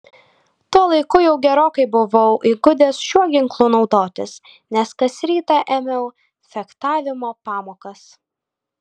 tuo laiku jau gerokai buvau įgudęs šiuo ginklu naudotis nes kas rytą ėmiau fechtavimo pamokas